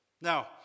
Now